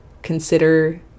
consider